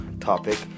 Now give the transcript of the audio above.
topic